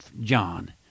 John